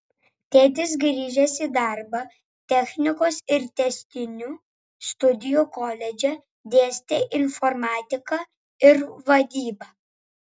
tėtis grįžęs į darbą technikos ir tęstinių studijų koledže dėstė informatiką ir vadybą